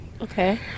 okay